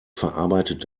verarbeitet